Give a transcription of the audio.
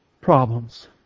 problems